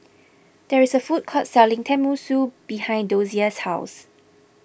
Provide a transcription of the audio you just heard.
there is a food court selling Tenmusu behind Dosia's house